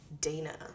Dana